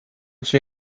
she